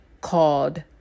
called